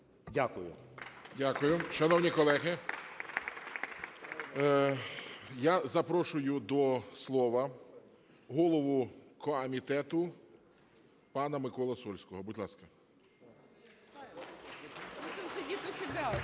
Дякую. Шановні колеги, я запрошую до слова голову комітету пана Миколу Сольського. Будь ласка.